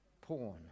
porn